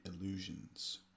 Illusions